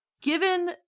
given